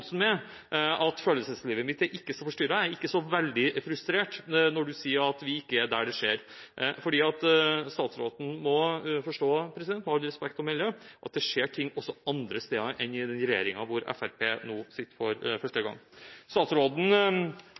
med at følelseslivet mitt ikke er så forstyrret. Jeg blir ikke så veldig frustrert når statsråden sier at vi ikke er der det skjer. Statsråden må forstå – med all respekt å melde – at det skjer ting også andre steder enn i den regjeringen hvor Fremskrittspartiet nå sitter for første gang. Statsråden